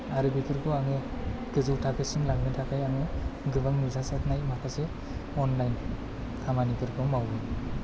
आरो बेफोरखौ आङो गोजौ थाखोसिम लांनो थाखाय आङो गोबां नुजासारनाय माखासे अनलाइन खामानिफोरखौ मावो